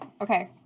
okay